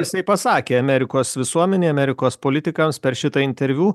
jisai pasakė amerikos visuomenė amerikos politikams per šitą interviu